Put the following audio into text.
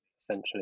essentially